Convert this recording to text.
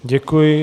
Děkuji.